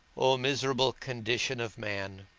o miserable condition of man!